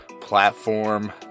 platform